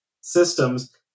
systems